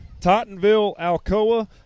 Tottenville-Alcoa